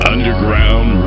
Underground